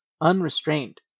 unrestrained